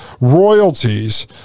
royalties